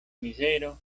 mizero